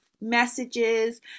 messages